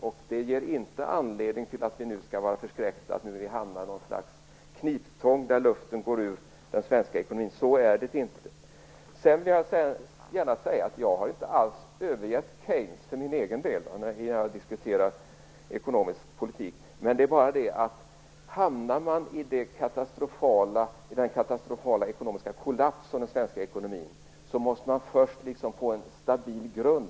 Det ger oss inte anledning att bli förskräckta över att vi nu skulle ha hamnat i något slags knipa eller att luften skulle ha gått ur den svenska ekonomin. Så är det inte. Jag vill gärna säga att jag för egen del inte alls har övergivit Keynes i diskussionerna om ekonomisk politik. Men när ekonomin hamnar i den katastrofala kollaps som den svenska ekonomin har gjort måste man först få en stabil grund.